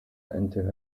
into